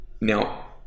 Now